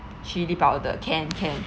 chilli powder can can